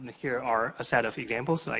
here are a set of examples. like,